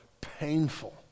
painful